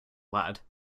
ladd